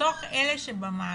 בתוך אלה שבמערכת,